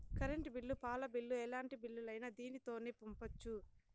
current bill పాల bill ఎలాంటి బిల్లులైనా దీనితోనే పంపొచ్చు